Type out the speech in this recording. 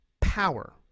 power